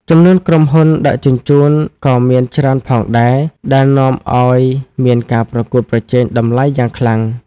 ចំនួនក្រុមហ៊ុនដឹកជញ្ជូនក៏មានច្រើនផងដែរ ដែលនាំឱ្យមានការប្រកួតប្រជែងតម្លៃយ៉ាងខ្លាំង។